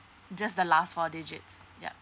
just the last four digits yup